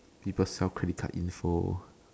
people sell credit card info